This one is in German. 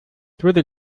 würde